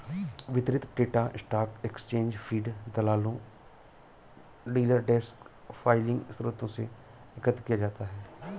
वितरित data stock exchange feed, दलालों, dealer desk filing स्रोतों से एकत्र किया जाता है